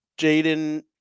Jaden